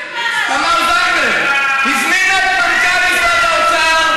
תמר זנדברג הזמינה את מנכ"ל משרד האוצר,